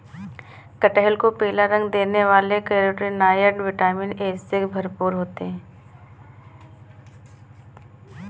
कटहल को पीला रंग देने वाले कैरोटीनॉयड, विटामिन ए से भरपूर होते हैं